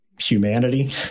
humanity